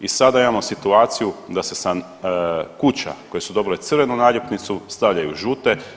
I sada imamo situaciju da se kuća koje su dobile crvenu naljepnicu stavljaju žute.